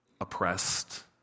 Oppressed